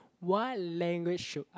what language should I